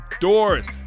doors